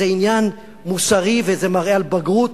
זה עניין מוסרי, וזה מראה על בגרות